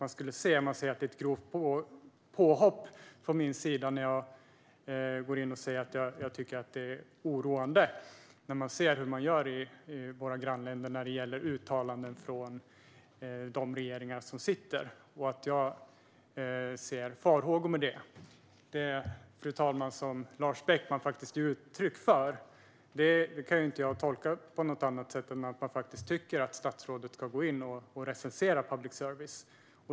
Ni säger att det är ett grovt påhopp från min sida när jag säger att jag tycker att det är oroande att se hur man gör i våra grannländer när det gäller uttalanden från de sittande regeringarna och att jag ser farhågor med detta. Fru talman! Det som Lars Beckman ger uttryck för kan jag inte tolka på något annat sätt än att han tycker att statsrådet ska gå in och recensera public service.